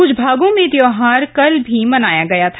कुछ भागों में यह त्यौहार कल भी मनाया गया था